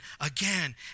again